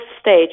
stage